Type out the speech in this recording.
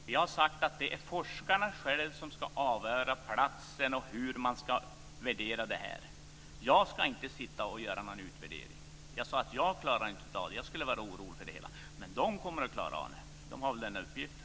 Herr talman! Vi har sagt att forskarna själva ska avgöra platsen och hur man ska värdera det här. Jag ska inte sitta och göra någon utvärdering. Jag sade att jag inte klarar av det. Jag skulle vara orolig för det hela, men de kommer att klara av det här. De har den uppgiften.